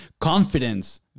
confidence